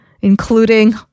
including